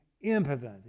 impotent